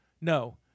No